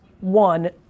One